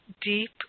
deep